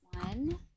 One